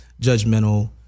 judgmental